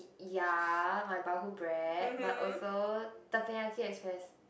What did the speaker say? ya my bread but also Tepanyaki express